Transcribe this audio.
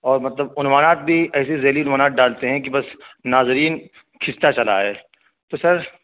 اور مطلب عنوانات بھی ایسے ہی ذیلی عنوانات ڈالتے ہیں کہ بس ناظرین کھنچتا چلا آئے تو سر